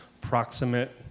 proximate